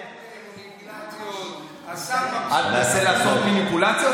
אל תנסה לעשות מניפולציות.